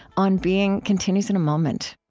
on being continues in a moment